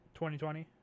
2020